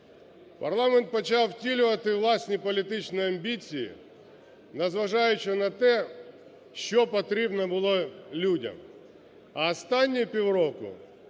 парламент почав втілювати власні політичні амбіції, незважаючи на те, що потрібно було людям. А останні півроку